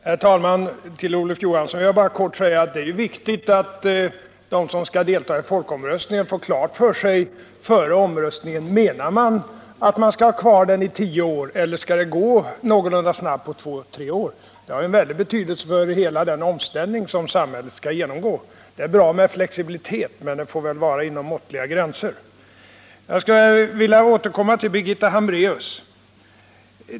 Herr talman! Till Olof Johansson vill jag bara kort säga att det är viktigt att de som skall delta i folkomröstningen får klart för sig före omröstningen om man menar att vi skall ha kvar kärnkraften i tio år eller om avvecklingen skall gå någorlunda snabbt, på två tre år. Det har en väldig betydelse för hela den omställning som samhället skall genomgå. Det är bra med flexibilitet, men det får vara inom måttliga gränser. Jag vill återkomma till Birgitta Hambraeus.